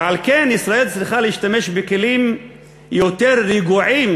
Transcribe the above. ועל כן ישראל צריכה להשתמש בכלים יותר רגועים